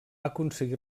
aconseguir